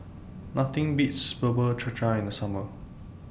Nothing Beats Bubur Cha Cha in The Summer